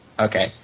Okay